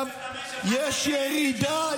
--- יש ירידה.